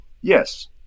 Yes